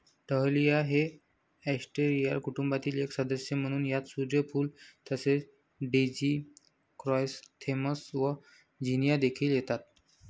dahlia हे Asteraceae कुटुंबातील एक सदस्य असून यात सूर्यफूल तसेच डेझी क्रायसॅन्थेमम्स व झिनिया देखील येतात